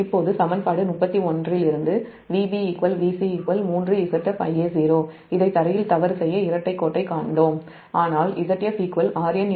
இப்போது சமன்பாடு 31 இலிருந்து Vb Vc 3ZfIa0 இதை க்ரவுன்ட்ல் தவறு செய்ய இரட்டைக் கோட்டைக் கண்டோம் ஆனால் Zf Rn 0 அதாவது Vb Vc 0